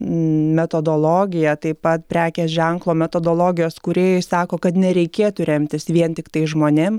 metodologija taip pat prekės ženklo metodologijos kūrėjai sako kad nereikėtų remtis vien tiktai žmonėm